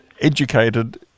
educated